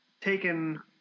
taken